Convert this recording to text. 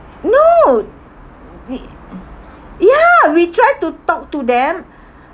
no mm we ya we try to talk to them